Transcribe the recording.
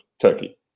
Turkey